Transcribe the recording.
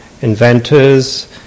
inventors